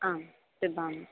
आं पिबामि